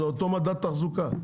זה אותו מדד תחזוקה.